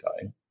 time